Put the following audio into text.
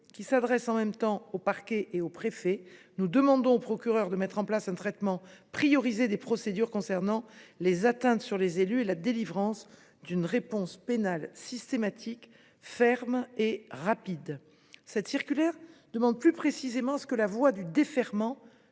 qui s’adresse en même temps aux parquets et aux préfets, nous demandons aux procureurs de mettre en place un traitement priorisé des procédures concernant les atteintes sur les élus et nous demandons une réponse pénale systématique, ferme et rapide. Cette circulaire demande plus précisément que la voie du défèrement